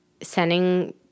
sending